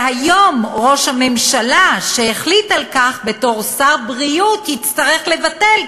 והיום ראש הממשלה שהחליט על כך בתור שר הבריאות יצטרך לבטל,